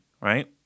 right